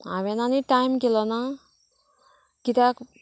हांवेन आनी टायम केलो ना कित्याक